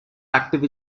active